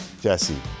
Jesse